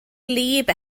gwlyb